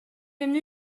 эмне